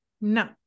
No